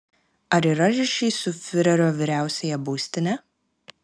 ar yra ryšys su fiurerio vyriausiąja būstine